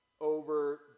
over